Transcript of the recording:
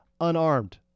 unarmed